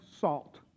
salt